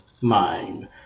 mind